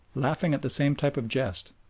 laughing at the same type of jest,